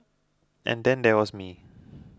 and then there was me